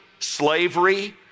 slavery